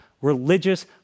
religious